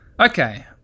Okay